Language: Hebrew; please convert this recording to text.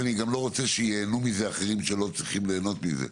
אני לא רוצה שייהנו ממנו אחרים שלא צריכים ליהנות מזה,